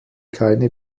keine